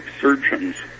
surgeons